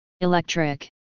electric